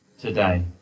today